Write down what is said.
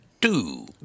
two